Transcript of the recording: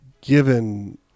given